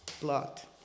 blocked